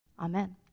Amen